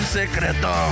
secreto